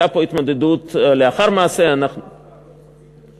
הייתה פה התמודדות לאחר מעשה, למה הפתעה?